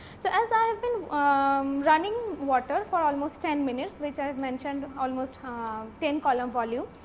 so, as i have been running water for almost ten minutes which i have mentioned almost ah um ten column volume.